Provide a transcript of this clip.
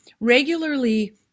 regularly